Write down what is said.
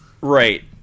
Right